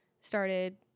started